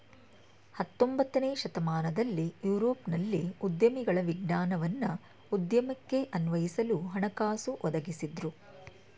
ಹತೊಂಬತ್ತನೇ ಶತಮಾನದಲ್ಲಿ ಯುರೋಪ್ನಲ್ಲಿ ಉದ್ಯಮಿಗಳ ವಿಜ್ಞಾನವನ್ನ ಉದ್ಯಮಕ್ಕೆ ಅನ್ವಯಿಸಲು ಹಣಕಾಸು ಒದಗಿಸಿದ್ದ್ರು